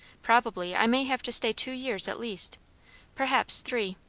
probably i may have to stay two years at least perhaps three.